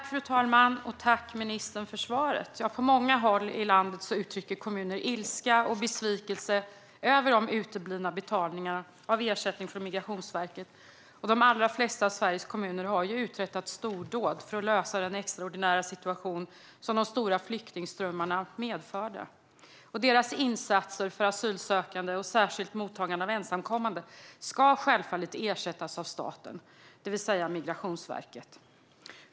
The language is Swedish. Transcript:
Fru talman! På många håll i landet uttrycker kommuner ilska och besvikelse över de uteblivna betalningarna av ersättning från Migrationsverket. De allra flesta av Sveriges kommuner har ju uträttat stordåd för att lösa den extraordinära situation som de stora flyktingströmmarna medförde. Deras insatser för asylsökande och för särskilt mottagande av ensamkommande ska självfallet ersättas av staten, det vill säga Migrationsverket.